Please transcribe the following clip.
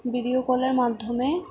video কলের মাধ্যমে